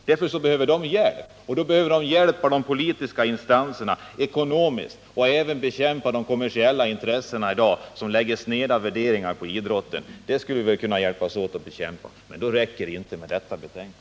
Därför behöver de ekonomisk hjälp från de politiska instanserna, och de behöver också hjälp när det gäller att bekämpa de kommersiella intressen som i dag lägger sneda värderingar på idrotten. Det är sådana frågor som vi bör hjälpa till att lösa, och då räcker det inte med detta betänkande.